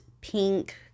pink